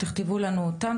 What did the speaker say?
תכתבו לנו אותם,